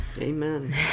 Amen